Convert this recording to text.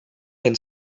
penn